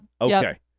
Okay